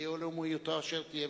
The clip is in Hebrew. תהיה לאומיותו אשר תהיה,